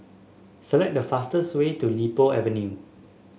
select the fastest way to Li Po Avenue